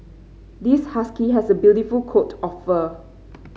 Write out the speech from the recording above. this husky has a beautiful coat of fur